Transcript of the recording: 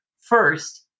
first